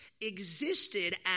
existed